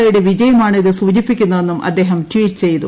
O യുടെ വിജയമാണ് ഇത് സൂചിപ്പിക്കുന്നതെന്നും അദ്ദേഹം ട്വീറ്റ് ചെയ്തു